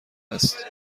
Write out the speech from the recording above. است